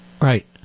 Right